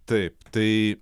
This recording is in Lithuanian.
taip tai